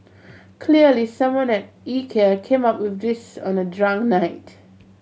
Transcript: clearly someone at Ikea came up with this on a drunk night